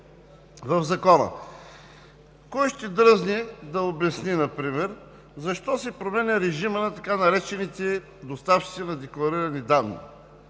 в закона. Кой ще дръзне да обясни например защо се променя режимът на така наречените доставчици на декларирани данни?